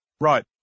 Right